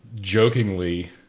jokingly